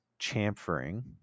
chamfering